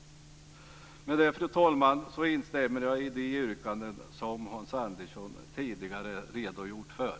Med detta, fru talman, instämmer jag i de yrkanden som Hans Andersson tidigare redogjort för.